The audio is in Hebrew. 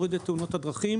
הדרכים.